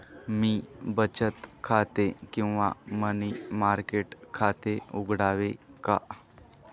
मी बचत खाते किंवा मनी मार्केट खाते उघडावे का?